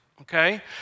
okay